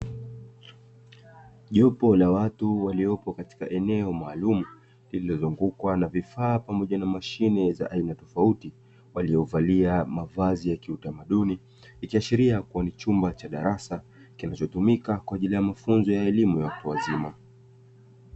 Jopo la watu waliopo katika eneo maalum, lililozungukwa na vifaa pamoja na mashine za aina tofauti waliovalia mavazi ya kiutamaduni ikiashiria kuwa ni chumba cha darasa, kinachotumika kwa ajili ya mafunzo ya elimu ya watu wazima.